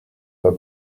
pas